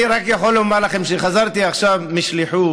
אני רק יכול לומר לכם שחזרתי עכשיו משליחות,